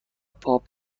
پاپ